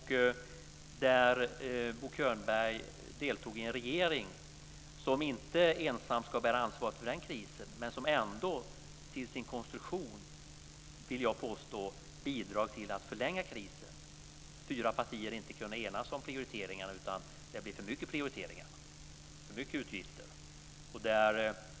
Bo Könberg deltog i en regering som inte ensam ska bära ansvaret för den krisen, men som jag vill påstå ändå genom sin konstruktion bidragit till att förlänga krisen. Fyra partier kunde inte enas om prioriteringarna. Det blev för mycket prioriteringar och för mycket utgifter.